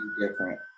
different